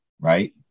right